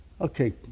Okay